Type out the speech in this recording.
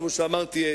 כמו שאמרתי,